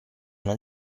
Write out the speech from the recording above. non